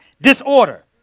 disorder